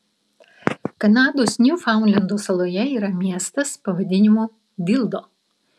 kanados niufaundlendo saloje yra miestas pavadinimu dildo